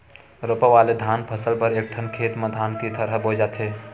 रोपा वाले धान फसल बर एकठन खेत म धान के थरहा बोए जाथे